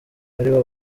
aribo